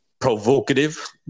provocative